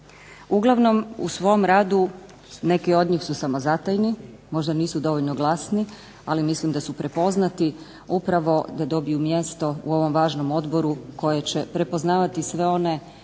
Uglavnom u svom radu neki od njih su samozatajni, možda nisu dovoljno glasni, ali mislim da su prepoznati upravo da dobiju mjesto u ovom važnom odboru koje će prepoznavati sve one